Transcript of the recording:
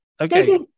Okay